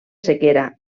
sequera